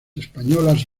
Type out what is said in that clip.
españolas